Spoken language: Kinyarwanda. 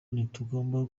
ntitugomba